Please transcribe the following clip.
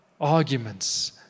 arguments